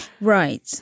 Right